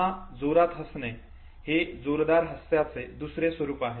पुन्हा जोरात हसणे हे जोरदार हास्याचे दुसरे स्वरूप आहे